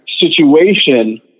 situation